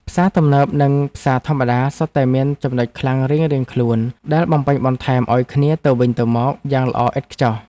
ផ្សារទំនើបនិងផ្សារធម្មតាសុទ្ធតែមានចំណុចខ្លាំងរៀងៗខ្លួនដែលបំពេញបន្ថែមឱ្យគ្នាទៅវិញទៅមកយ៉ាងល្អឥតខ្ចោះ។